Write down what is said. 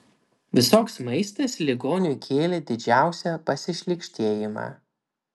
visoks maistas ligoniui kėlė didžiausią pasišlykštėjimą